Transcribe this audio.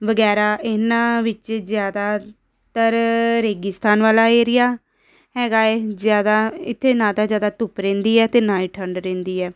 ਵਗੈਰਾ ਇਹਨਾਂ ਵਿੱਚ ਜ਼ਿਆਦਾਤਰ ਰੇਗਿਸਤਾਨ ਵਾਲਾ ਏਰੀਆ ਹੈਗਾ ਹੈ ਜ਼ਿਆਦਾ ਇੱਥੇ ਨਾ ਤਾਂ ਜ਼ਿਆਦਾ ਧੁੱਪ ਰਹਿੰਦੀ ਹੈ ਅਤੇ ਨਾ ਹੀ ਠੰਡ ਰਹਿੰਦੀ ਹੈ